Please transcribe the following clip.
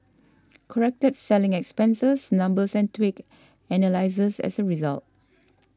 corrected selling expenses numbers and tweaked analyses as a result